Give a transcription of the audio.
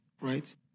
Right